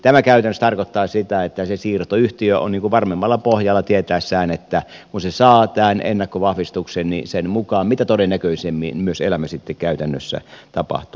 tämä käytännössä tarkoittaa sitä että se siirtoyhtiö on varmemmalla pohjalla tietäessään että kun se saa tämän ennakkovahvistuksen niin sen mukaan mitä todennäköisimmin myös elämä sitten käytännössä tapahtuu